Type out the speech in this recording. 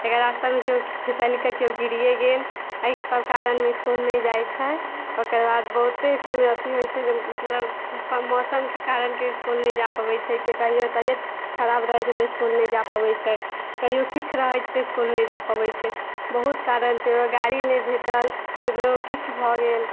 एकर बाद रास्तामे केओ फिसलिकऽ केओ गिरिए गेल एहिसब कारणमे इसकुल नहि जाइ छै ओकर बाद बहुते सुनलिए जे अथी होइ छै जे मतलब मौसमके कारण केओ इसकुल नहि जा पबै छै कहिओ तबियत खराब रहै छै तऽ इसकुल नहि जा पबै छै कहिओ किछु रहै छै तऽ इसकुल नहि जा पबै छै बहुत कारण छै गाड़ी नहि भेटल ककरो किछु भऽ गेल